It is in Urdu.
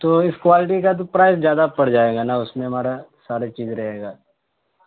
تو اس کوالٹی کا تو پرائس زیادہ پڑ جائے گا نا اس میں ہمارا سارے چیز رہے گا